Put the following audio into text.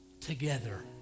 Together